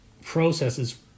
processes